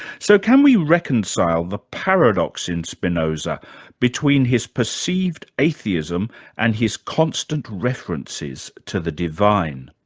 so can we reconcile the paradox in spinoza between his perceived atheism and his constant references to the divine?